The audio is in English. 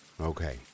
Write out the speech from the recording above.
Okay